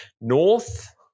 north